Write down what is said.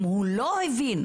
אם הוא לא הבין,